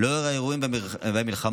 לנוכח האירועים והמלחמה,